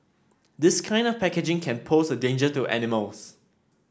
this kind of packaging can pose a danger to animals